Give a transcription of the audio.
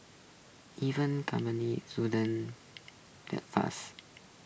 even companies shouldn't that fast